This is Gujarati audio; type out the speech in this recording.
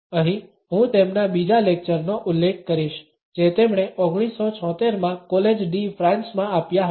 અહીં હું તેમના બીજા લેક્ચર નો ઉલ્લેખ કરીશ જે તેમણે 1976 માં કોલેજ ડી ફ્રાન્સમાં આપ્યા હતા